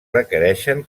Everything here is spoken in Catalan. requereixen